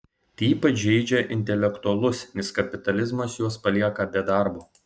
tai ypač žeidžia intelektualus nes kapitalizmas juos palieka be darbo